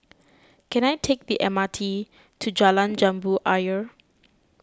can I take the M R T to Jalan Jambu Ayer